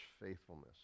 faithfulness